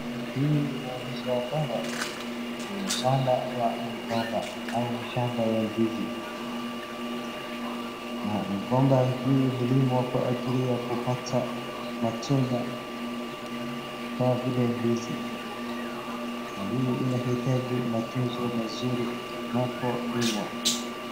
Hii inaonyesha ya kwamba ni mashamba ya migomba au mishamba ya ndizi. Migomba hii hulimwa kwa ajili ya kupata matunda kama vile ndizi na hiii inahitaji matunzo mazuri inapo limwa.